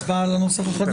לפני ההצבעה על הנוסח החדש.